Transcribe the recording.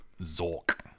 Zork